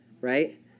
right